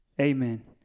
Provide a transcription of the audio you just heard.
amen